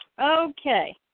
Okay